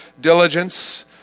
diligence